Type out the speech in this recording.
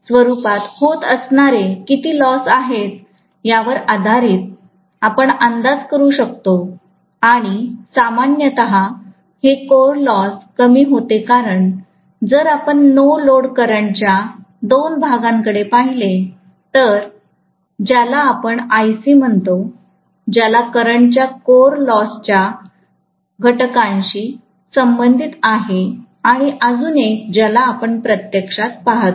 स्वरूपात होत असणारे किती लॉस आहे यावर आधारित आपण अंदाज करू शकतोआणि सामान्यत हे कोर लॉस कमी होते कारण जर आपण नो लोडकरंट च्या दोन भागा कडे पाहिले तर ज्याला आपण Ic म्हणतो ज्याला करंटच्या कोर लॉस च्या घटकाशी संबंधित आहे आणि अजून एक ज्याला आपण प्रत्यक्षात पाहतो